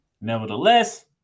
Nevertheless